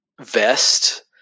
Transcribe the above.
vest